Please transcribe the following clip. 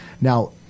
Now